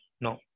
No